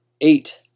eight